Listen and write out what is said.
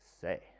say